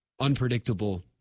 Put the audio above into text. unpredictable